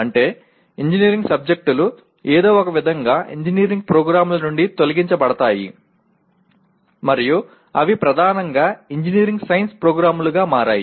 అంటే ఇంజనీరింగ్ సబ్జెక్టులు ఏదో ఒకవిధంగా ఇంజనీరింగ్ ప్రోగ్రామ్ల నుండి తొలగించబడతాయి మరియు అవి ప్రధానంగా ఇంజనీరింగ్ సైన్స్ ప్రోగ్రామ్లుగా మారాయి